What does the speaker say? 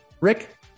Rick